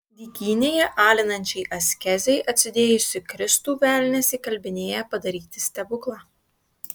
dykynėje alinančiai askezei atsidėjusį kristų velnias įkalbinėja padaryti stebuklą